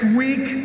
week